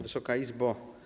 Wysoka Izbo!